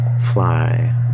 fly